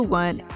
one